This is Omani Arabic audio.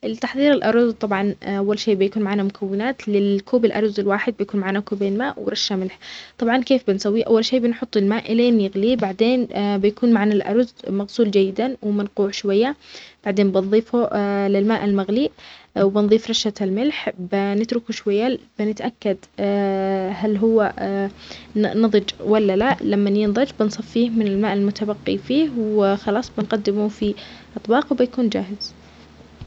لتحضير الأرز، طبعا أول شيء بيكون معانا مكونات للكوب الأرز الواحد بيكون معانا كوبين ماء ورشة ملح طبعا كيف بنسوي أول شيء بنحط الماء إلي ان يغلي بعدين بيكون معنا الأرز مغسول جيد ا ومنقوع شوية بعدين بضيفه للماء المغلي وبنضيف رشة الملح بنتركه شوية، بنتأكد هل هو ن -نضج ولا لأ، لمن ينضج بنصفيه من الماء المتبقي فيه وخلاص بنقدمه في أطباق وبيكون جاهز.